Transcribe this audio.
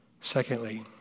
Secondly